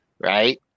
right